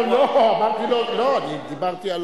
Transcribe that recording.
לא, אני דיברתי על